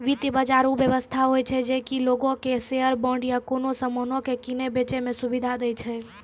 वित्त बजार उ व्यवस्था होय छै जे कि लोगो के शेयर, बांड या कोनो समानो के किनै बेचै मे सुविधा दै छै